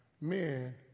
men